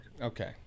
Okay